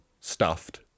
stuffed